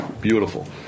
beautiful